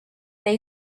they